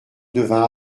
devint